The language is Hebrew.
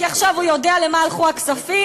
כי עכשיו הוא יודע למה הלכו הכספים?